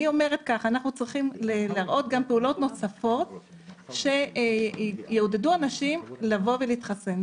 אנחנו צריכים להראות גם פעולות נוספות שיעודדו אנשים לבוא ולהתחסן.